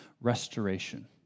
restoration